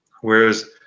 Whereas